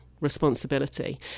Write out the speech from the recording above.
responsibility